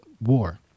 war